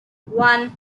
one